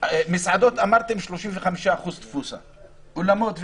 במסעדות אמרתם 35% תפוסה, באולמות ואלה,